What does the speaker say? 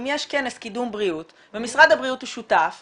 אם יש כנס קידום בריאות ומשרד הבריאות הוא שותף וגם,